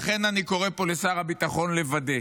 לכן אני קורא מפה לשר הביטחון לוודא